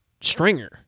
stringer